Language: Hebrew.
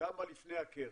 קמה לפני הקרן.